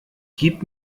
gib